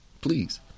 Please